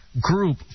group